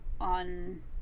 on